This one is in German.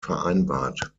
vereinbart